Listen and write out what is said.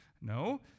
No